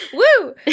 whoo!